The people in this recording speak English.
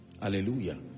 Hallelujah